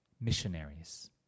Missionaries